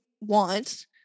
want